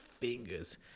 fingers